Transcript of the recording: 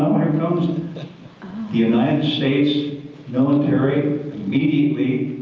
comes the united states military immediately,